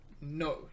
no